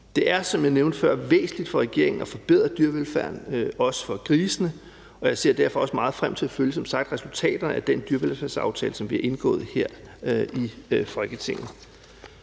før, væsentligt for regeringen at forbedre dyrevelfærden også for grisene, og jeg ser derfor som sagt også meget frem til at følge resultaterne af den dyrevelfærdsaftale, som vi har indgået her i Folketinget.